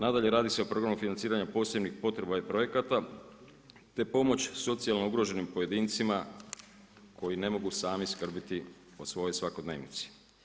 Nadalje radi se o programu financiranja posebnih potreba i projekata te pomoć očajno ugroženim pojedincima koje ne mogu sami skrbiti o svojoj svakodnevnici.